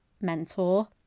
mentor